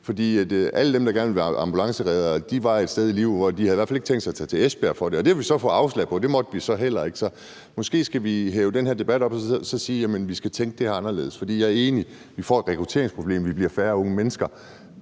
alle dem, der gerne ville være ambulancereddere, var et sted i livet, hvor de i hvert fald ikke havde tænkt sig at tage til Esbjerg for det. Det har vi så fået afslag på; det måtte vi så heller ikke. Måske skal vi hæve den her debat op og sige, at vi skal tænke det her anderledes. Jeg er enig i, at vi får et rekrutteringsproblem; der bliver færre unge mennesker.